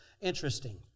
interesting